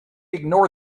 ignore